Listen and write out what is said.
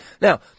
now